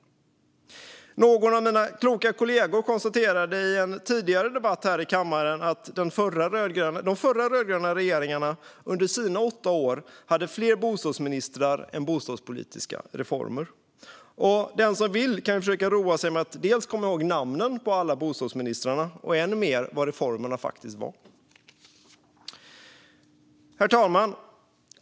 Någon av mina kloka kollegor konstaterade i en tidigare debatt här i kammaren att de förra rödgröna regeringarna under sina åtta år hade fler bostadsministrar än bostadspolitiska reformer. Den som vill kan försöka roa sig med att komma ihåg namnen på alla bostadsministrarna och än mer vad reformerna faktiskt var. Herr talman!